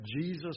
Jesus